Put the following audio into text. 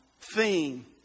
theme